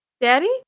Daddy